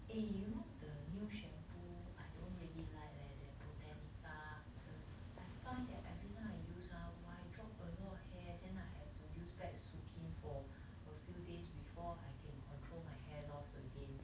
eh you know the new shampoo I don't really like leh that botanica err I find that everytime I use ah !wah! I drop a lot of hair then I have to use back Sukin for a few days before I can control my hair loss again